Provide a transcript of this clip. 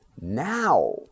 now